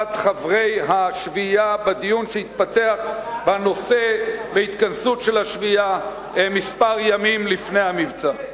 השביעייה בדיון שהתפתח בנושא בהתכנסות של השביעייה כמה ימים לפני המבצע.